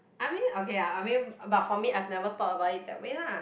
I mean okay lah I mean but for me I've never about it that way lah